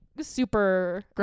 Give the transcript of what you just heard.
super